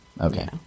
Okay